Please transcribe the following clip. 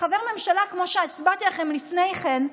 חבר ממשלה, כמו שהסברתי לכם לפני כן,